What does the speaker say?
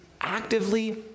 actively